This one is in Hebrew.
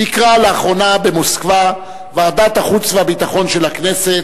ביקרה לאחרונה במוסקבה ועדת החוץ והביטחון של הכנסת,